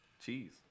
Cheese